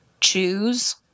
choose